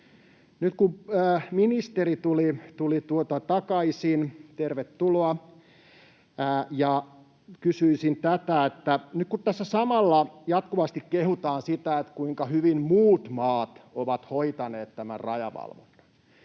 Nyt kun ministeri tuli takaisin — tervetuloa! — kysyisin tästä. Nyt kun tässä samalla jatkuvasti kehutaan sitä, kuinka hyvin muut maat ovat hoitaneet tämän rajavalvonnan,